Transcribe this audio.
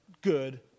good